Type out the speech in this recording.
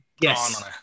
Yes